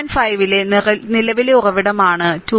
5 ഇത് നിലവിലെ ഉറവിടമാണ് 2